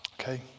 okay